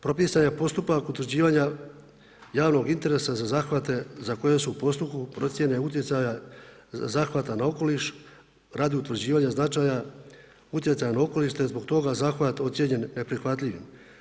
Propisan je postupak utvrđivanja javnog interesa za zahvate za koje su u postupku procjene utjecaja zahvata na okoliš radi utvrđivanja značaja utjecaja na okoliš, te je zbog toga zahvat ocijenjen neprihvatljivim.